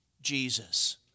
Jesus